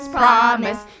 promise